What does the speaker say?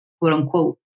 quote-unquote